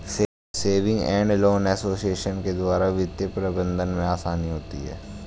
saving and loan association के द्वारा वित्तीय प्रबंधन में आसानी होती है